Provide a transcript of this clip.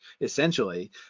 essentially